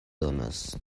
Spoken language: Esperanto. donos